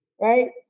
right